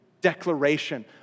declaration